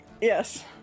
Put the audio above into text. Yes